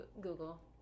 Google